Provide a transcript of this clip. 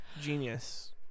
genius